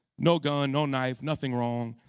no gun, no knife, nothing wrong.